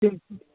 হুম হুম